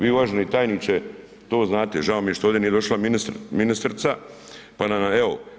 Vi uvaženi tajniče to znate, žao mi je što ovdje nije došla ministrica pa nam evo.